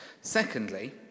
Secondly